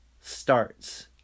starts